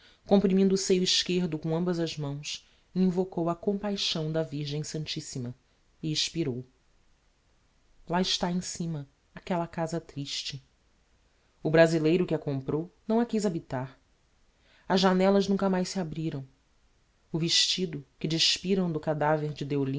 comprimindo o seio esquerdo com ambas as mãos invocou a compaixão da virgem santissima e expirou lá está em cima aquella casa triste o brazileiro que a comprou não a quiz habitar as janellas nunca mais se abriram o vestido que despiram do cadaver de